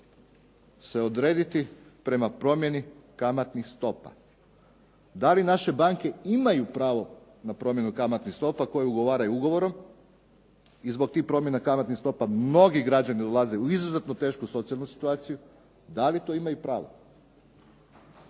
se odrediti prema promjeni kamatnih stopa? Da li naše banke imaju pravo na promjenu kamatnih stopa koje ugovaraju ugovorom? I zbog tih promjena kamatnih stopa mnogi građani ulaze u izuzetno tešku socijalnu situaciju. Da li to imaju pravo?